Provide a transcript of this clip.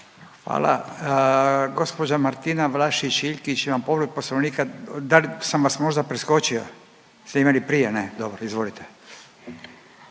Hvala. Gđa. Martina Vlašić Iljkić ima povredu poslovnika, da li sam vas možda preskočio? Jeste imali prije? Ne, dobro, izvolite.